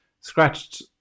scratched